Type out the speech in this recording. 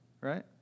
Right